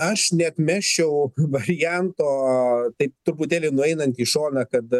aš neatmesčiau varianto taip truputėlį nueinant į šoną kad